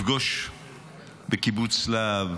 לפגוש בקיבוץ להב